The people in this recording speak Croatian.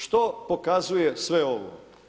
Što pokazuje sve ovo?